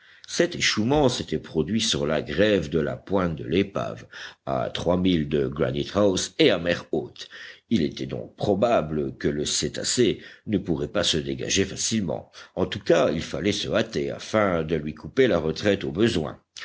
cet échouement s'était produit sur la grève de la pointe de l'épave à trois milles de granite house et à mer haute il était donc probable que le cétacé ne pourrait pas se dégager facilement en tout cas il fallait se hâter afin de lui couper la retraite au besoin